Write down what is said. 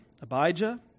Abijah